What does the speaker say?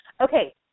Okay